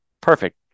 Perfect